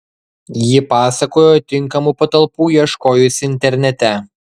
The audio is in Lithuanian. ji pasakojo tinkamų patalpų ieškojusi internete